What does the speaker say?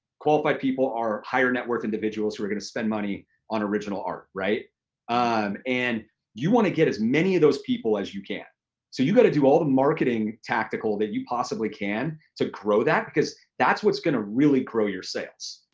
qualified people are higher-net-worth individuals who are gonna spend money on original art, um and you wanna get as many of those people as you can so you gotta do all the marketing tactical that you possibly can to grow that because that's what's gonna really grow your sales.